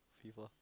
FIFA